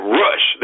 rush